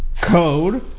code